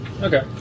Okay